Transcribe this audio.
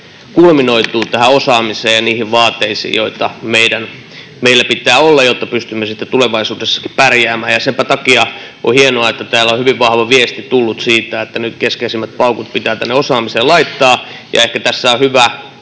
se kulminoituu tähän osaamiseen ja niihin vaateisiin, joita meillä pitää olla, jotta pystymme tulevaisuudessakin pärjäämään. Senpä takia on hienoa, että täällä on hyvin vahva viesti tullut siitä, että nyt keskeisimmät paukut pitää osaamiseen laittaa. Ehkä tässä on hyvä